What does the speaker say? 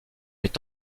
est